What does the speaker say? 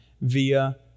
via